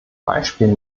beispiel